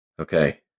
Okay